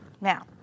Now